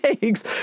thanks